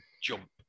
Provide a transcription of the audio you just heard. jump